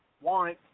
want